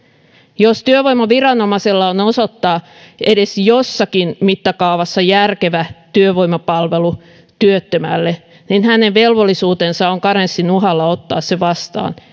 jos työvoimaviranomaisella on osoittaa edes jossakin mittakaavassa järkevä työvoimapalvelu työttömälle niin tämän velvollisuus on karenssin uhalla ottaa se vastaan